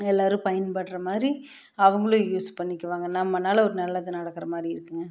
எல்லோரும் பயன்படுற மாதிரி அவங்களும் யூஸ் பண்ணிக்கு வாங்க நம்மனால் ஒரு நல்லது நடக்கிற மாதிரி இருக்குங்க